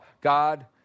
God